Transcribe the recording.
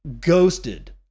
ghosted